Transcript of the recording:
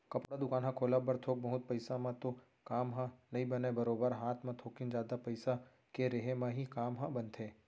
कपड़ा दुकान ह खोलब बर थोक बहुत पइसा म तो काम ह नइ बनय बरोबर हात म थोकिन जादा पइसा के रेहे म ही काम ह बनथे